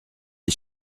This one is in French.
est